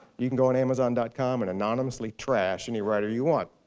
you can go on amazon dot com and anonymously trash any writer you want.